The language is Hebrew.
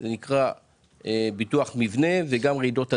והוא נקרא ביטוח מבנה ורעידות אדמה.